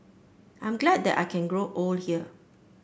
I'm glad that I can grow old here